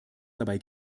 dabei